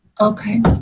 Okay